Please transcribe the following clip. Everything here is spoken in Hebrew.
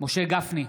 משה גפני,